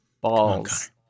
Balls